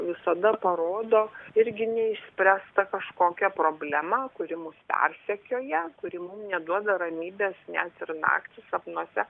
visada parodo irgi neišspręstą kažkokią problemą kuri mus persekioja kuri mum neduoda ramybės net ir naktį sapnuose